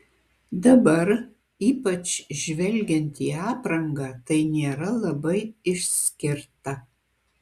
dabar ypač žvelgiant į aprangą tai nėra labai išskirta